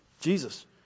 Jesus